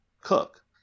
cook